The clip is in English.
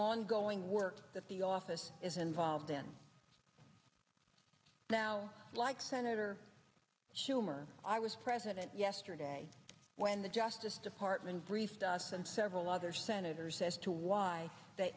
ongoing work that the office is involved in now like senator schumer i was president yesterday when the justice department briefed us and several other senators as to why they